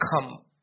come